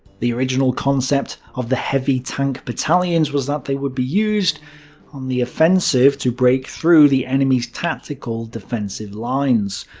the original concept of the heavy tank battalions was that they would be used on the offensive to break through the enemy's tactical defensive lines.